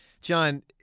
John